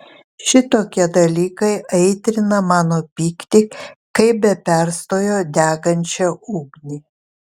šitokie dalykai aitrina mano pyktį kaip be perstojo degančią ugnį